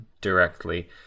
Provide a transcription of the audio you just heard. directly